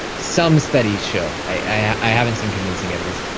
some studies show i haven't seen convincing evidence,